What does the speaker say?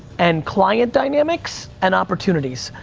and client dynamics, and opportunities.